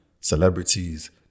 celebrities